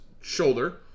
shoulder